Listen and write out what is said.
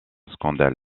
scandale